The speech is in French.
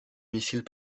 missiles